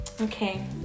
Okay